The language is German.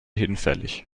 hinfällig